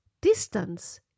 distance